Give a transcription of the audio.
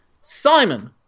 Simon